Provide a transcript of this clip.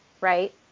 right